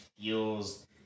feels